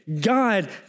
God